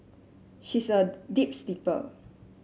she's a deep sleeper